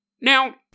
Now